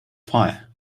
fire